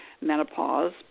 menopause